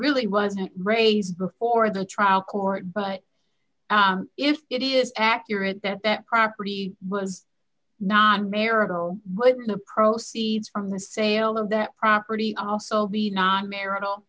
really wasn't raised before the trial court but if it is accurate that that property was not marital but the proceeds from the sale of that property also be not marital